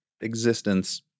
existence